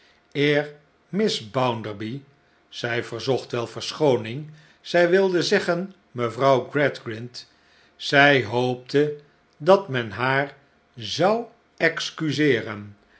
eer miss bounderby zy verzocht wel verschooning zij wilde zeggen mevrouw gradgrind zij hoopte dat men haar zou excuseeren